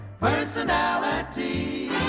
personality